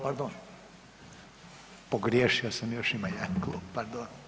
Pardon, pogriješio sam još ima jedan klub, pardon.